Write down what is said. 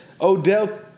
Odell –